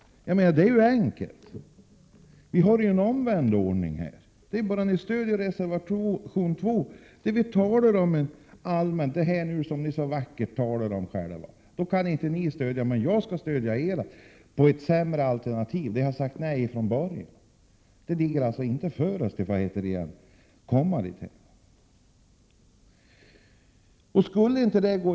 Det är ju en enkel åtgärd. Ni anser er inte kunna stödja reservation 2, där vi allmänt talar om det som ni själva så vackert skriver om, men jag skulle stödja er reservation, där det föreslås ett sämre alternativ, som jag från början har sagt nej till. Vi är inte intresserade av detta.